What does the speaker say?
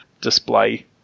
display